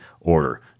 order